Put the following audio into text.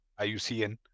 IUCN